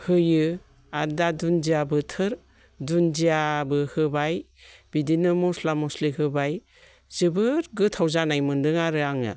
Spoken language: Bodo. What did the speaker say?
होयो आरो दा दुन्दिया बोथोर दुन्दियाबो होबाय बिदिनो मस्ला मस्लि होबाय जोबोद गोथाव जानाय मोन्दों आरो आङो